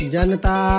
Janata